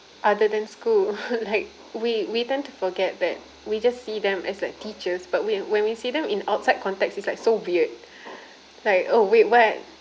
other than school like we we tend to forget that we just see them as like teachers but when when we see them in outside context it's like so weird like oh wait what